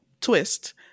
twist